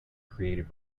created